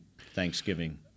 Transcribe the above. Thanksgiving